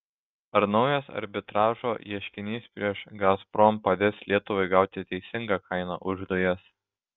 ar naujas arbitražo ieškinys prieš gazprom padės lietuvai gauti teisingą kainą už dujas